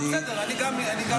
בסדר, אני גם אהיה.